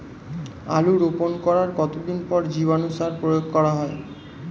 আলু রোপণ করার কতদিন পর জীবাণু সার প্রয়োগ করা হয়?